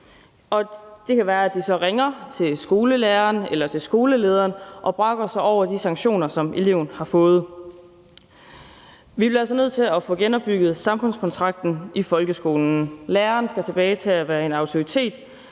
Det kan være, de så ringer til skolelæreren eller til skolelederen og brokker sig over de sanktioner, som eleven har fået. Vi bliver altså nødt til at få genopbygget samfundskontrakten i folkeskolen. Læreren skal tilbage til at være en autoritet.